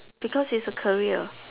because it's a career